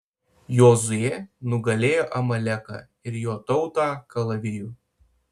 jozuė nugalėjo amaleką ir jo tautą kalaviju